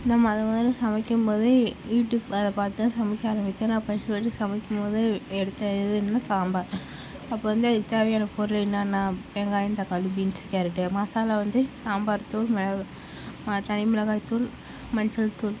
நான் மொதல் மொதலில் சமைக்கும்போது யூடியூப் பா பார்த்துதான் சமைக்க ஆரம்மிச்சேன் நான் ஃபர்ஸ்ட் ஃபர்ஸ்ட் சமைக்கும்போது எடுத்த இது என்னனால் சாம்பார் அப்போது வந்து அதுக்கு தேவையான பொருள் என்னானால் வெங்காயம் தக்காளி பீன்ஸு கேரட்டு மசாலா வந்து சாம்பார் தூள் மிளகா தனி மிளகாய் தூள் மஞ்சள் தூள்